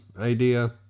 idea